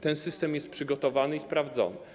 Ten system jest przygotowany i sprawdzony.